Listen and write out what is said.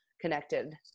connected